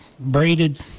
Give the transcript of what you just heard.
Braided